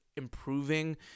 improving